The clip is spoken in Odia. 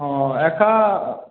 ହଁ ଏକା